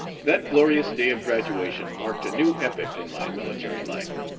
that glorious day of graduation marked a new epoch in my military life.